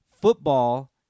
football